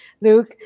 luke